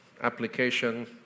Application